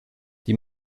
die